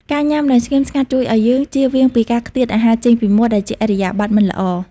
ការញ៉ាំដោយស្ងៀមស្ងាត់ជួយឱ្យយើងចៀសវាងពីការខ្ទាតអាហារចេញពីមាត់ ដែលជាឥរិយាបថមិនល្អ។